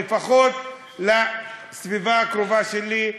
לפחות בסביבה הקרובה שלי,